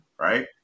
right